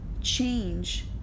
change